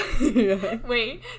wait